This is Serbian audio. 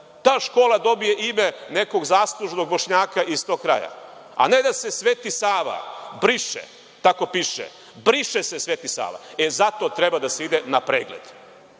ta škola dobije ime nekog zaslužnog Bošnjaka iz tog kraja, a ne da se Sveti Sava briše, tako piše – briše se Sveti Sava. Zato treba da se ide na pregled,